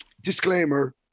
disclaimer